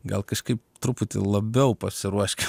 gal kažkaip truputį labiau pasiruošk